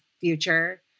future